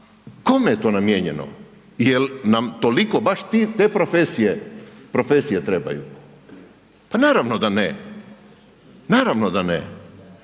kome je to namijenjeno? Jel nam toliko baš te profesije trebaju? Pa naravno da ne, naravno da ne.